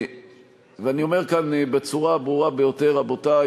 ואני אומר כאן בצורה הברורה ביותר: רבותי,